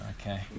Okay